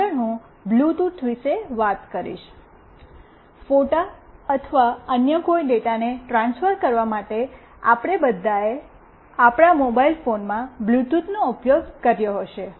આગળ હું બ્લૂટૂથ વિશે વાત કરીશ ફોટા અથવા અન્ય કોઈ ડેટાને ટ્રાન્સફર કરવા માટે આપણે બધાએ આપણા મોબાઇલ ફોનમાં બ્લૂટૂથનો ઉપયોગ કર્યો હશે